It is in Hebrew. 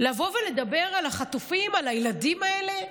לבוא ולדבר על החטופים, על הילדים האלה?